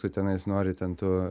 tu tenais nori ten tu